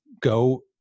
go